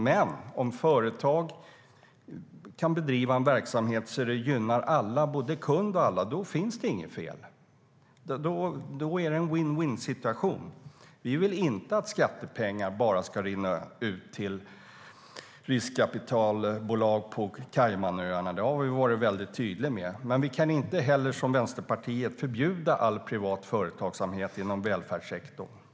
Men om företag kan bedriva en verksamhet som gynnar både kund och andra är det inte fel. Då är det en vinn-vinn-situation. Vi vill inte att skattepengar ska rinna i väg till riskkapitalbolag på Caymanöarna. Det har vi varit väldigt tydliga med. Men vi kan inte heller, som Vänsterpartiet vill, förbjuda all privat företagsamhet inom välfärdssektorn.